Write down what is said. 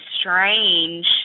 strange